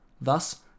Thus